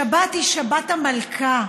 שבת היא שבת המלכה,